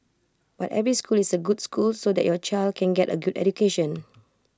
but every school is A good school so that your child can get A good education